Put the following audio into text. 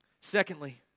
Secondly